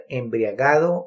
embriagado